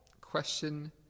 question